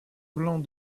blancs